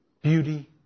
beauty